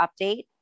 update